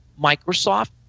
Microsoft